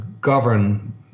govern